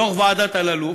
דוח ועדת אלאלוף,